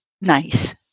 nice